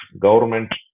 government